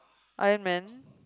Iron-Man